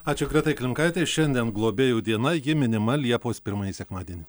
ačiū gretai klimkaitei šiandien globėjų diena ji minima liepos pirmąjį sekmadienį